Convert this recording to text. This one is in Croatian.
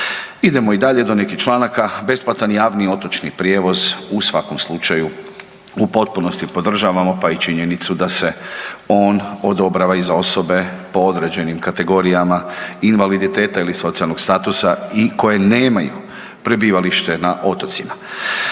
Idemo i dalje do nekih članaka, besplatan javni otočni prijevoz, u svakom slučaju u potpunosti podržavamo, pa i činjenicu da se on odobrava i za osobe po određenim kategorijama, invaliditeta ili socijalnog statusa i koje nemaju prebivalište na otocima.